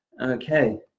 Okay